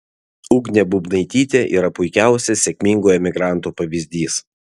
ugnė bubnaitytė yra puikiausias sėkmingo emigranto pavyzdys